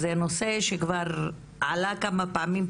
זה נושא שכבר עלה כמה פעמים,